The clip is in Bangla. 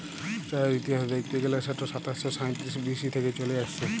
চাঁয়ের ইতিহাস দ্যাইখতে গ্যালে সেট সাতাশ শ সাঁইতিরিশ বি.সি থ্যাইকে চলে আইসছে